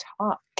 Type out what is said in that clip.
talk